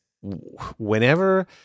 whenever